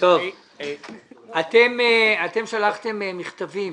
אתם שלחתם מכתבים.